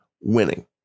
winning